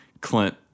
Clint